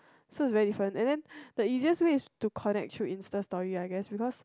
so is very different and then the easiest way is to connect through Insta stories I guess because